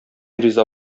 риза